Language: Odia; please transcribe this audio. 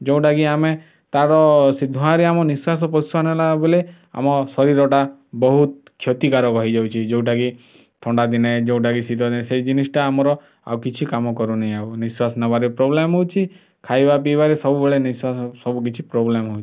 ଯେଉଁଟାକି ଆମେ ତାର ସେ ଧୂଆଁରେ ଆମ ନିଶ୍ୱାସ ପ୍ରଶ୍ୱାସ ନେଲା ବେଲେ ଆମ ଶରୀରଟା ବହୁତ କ୍ଷତିକାରକ ହେଇଯାଉଛି ଯେଉଁଟାକି ଥଣ୍ଡାଦିନେ ଯେଉଁଟାକି ଶୀତଦିନେ ସେଇ ଜିନିଷଟା ଆମର ଆଉ କିଛି କାମ କରୁନି ଆଉ ନିଶ୍ୱାସ ନବାରେ ପ୍ରବ୍ଲେମ୍ ହଉଛି ଖାଇବା ପିଇବାରେ ସବୁବେଳେ ନିଶ୍ୱାସ ସବୁ କିଛି ପ୍ରବ୍ଲେମ୍ ହଉଛି